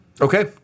Okay